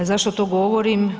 Zašto to govorim?